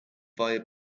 via